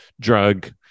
drug